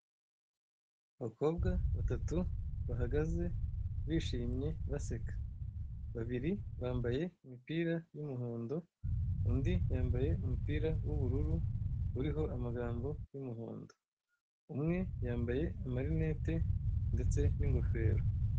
Abakobwa batatu bahagaze bishimye baseka, babiri bambaye imipira y'umuhondo, undi yambaye umupira w'ubururu uriho amagambo y'umuhondo, umwe yambaye marinete ndetse n'ingofero.